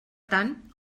tant